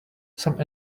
some